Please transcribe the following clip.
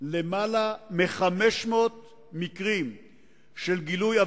כבר יש למעלה מ-500 מקרים של גילוי עבריינות,